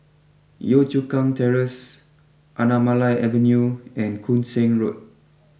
Yio Chu Kang Terrace Anamalai Avenue and Koon Seng Road